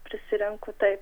prisirenku taip